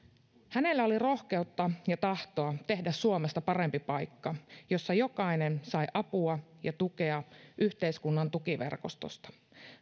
hänellä oli rohkeutta ja tahtoa tehdä suomesta parempi paikka jossa jokainen sai apua ja tukea yhteiskunnan tukiverkostosta